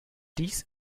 dies